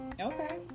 Okay